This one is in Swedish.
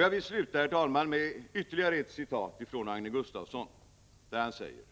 Jag vill sluta, herr talman, med ytterligare ett citat från Agne Gustafsson där han säger: